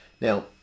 Now